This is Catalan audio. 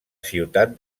ciutat